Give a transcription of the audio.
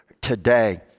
today